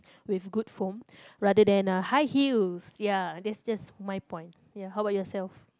with good foam rather than uh high heels ya that's just my point ya how about yourself